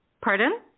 pardon